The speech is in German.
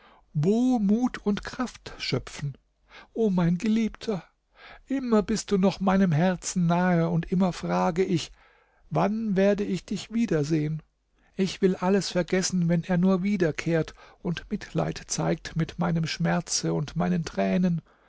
wo mut und kraft schöpfen o mein geliebter immer bist du noch meinem herzen nahe und immer frage ich wann werde ich dich wiedersehen ich will alles vergessen wenn er nur wiederkehrt und mitleid zeigt mit meinem schmerze und meinen tränen